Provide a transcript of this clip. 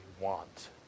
want